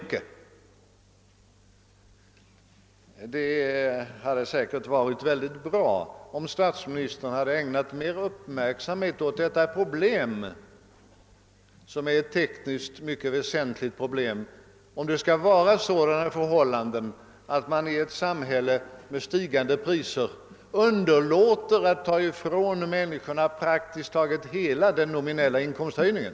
Det hade varit utomordentligt bra, om statsministern hade ägnat större uppmärksamhet åt detta problem — som är ett mycket väsentligt problem — att beskattningen i ett samhälle med stigande priser i många fall tar ifrån människorna praktiskt taget hela fördelen av den nominella inkomsthöjningen.